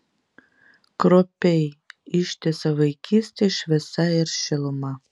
kruopiai ištisa vaikystės šviesa ir šiluma